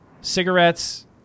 cigarettes